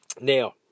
Now